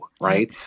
Right